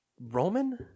Roman